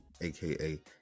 aka